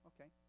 Okay